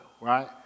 right